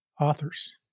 authors